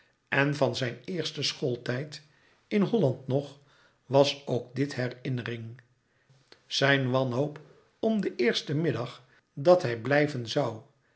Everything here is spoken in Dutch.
en van zijn eersten schooltijd in holland nog was ook dit herinnering zijn wanhoop om den eersten middag dien hij blijven zoû